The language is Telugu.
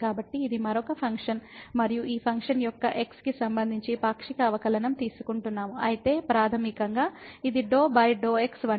కాబట్టి ఇది మరొక ఫంక్షన్ మరియు ఈ ఫంక్షన్ యొక్క x కి సంబంధించి పాక్షిక అవకలనం తీసుకుంటున్నాము కాబట్టి ప్రాథమికంగా ఇది∂∂ xవంటిది